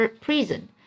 prison